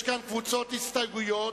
יש קבוצות הסתייגויות.